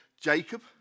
Jacob